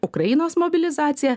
ukrainos mobilizaciją